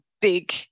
dig